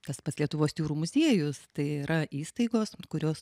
tas pats lietuvos jūrų muziejus tai yra įstaigos kurios